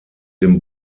dem